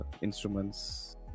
instruments